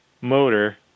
motor